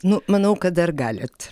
nu manau kad dar galit